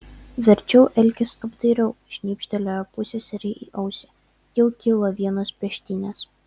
verčiau elkis apdairiau šnypštelėjo pusseserei į ausį jau kilo vienos peštynės